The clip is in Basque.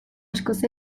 askoz